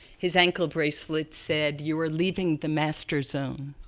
his ankle bracelet said, you're leaving the master zone.